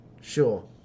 sure